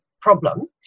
problem